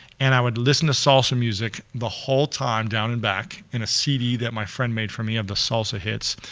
and i would listen to salsa music the whole time, down and back, in a cd that my friend made for me of the salsa hits.